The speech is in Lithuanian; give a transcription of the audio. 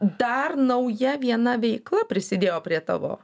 dar nauja viena veikla prisidėjo prie tavo